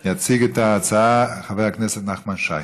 יציג, חבר הכנסת נחמן שי.